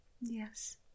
Yes